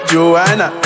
Joanna